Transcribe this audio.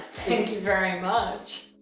thank you very much.